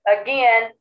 again